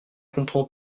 comprend